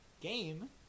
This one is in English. game